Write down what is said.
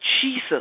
Jesus